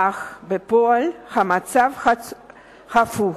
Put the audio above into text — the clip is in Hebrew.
אך בפועל המצב הפוך,